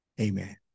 Amen